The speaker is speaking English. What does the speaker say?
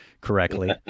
correctly